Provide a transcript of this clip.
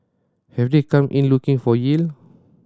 have they come in looking for yield